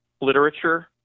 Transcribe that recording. literature